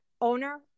owner